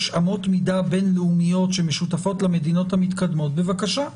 אמות מידה בין-לאומיות שמשותפות למדינות המתקדמות בבקשה.